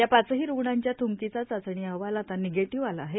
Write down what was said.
या पाचही रुग्णांच्या थ्कीचा चाचणी अहवाल आता निगेटीव्ह आला आहे